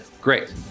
Great